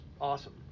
awesome